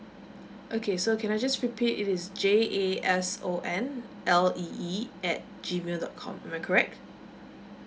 okay so can I just repeat it is J A S O N L E E at G mail dot com am I correct